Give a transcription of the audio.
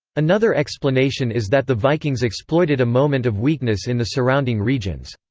another explanation is that the vikings exploited a moment of weakness in the surrounding regions.